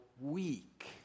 week